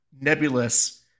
nebulous